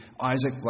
Isaac